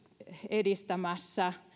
edistämässä